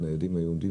הילדים היו עומדים.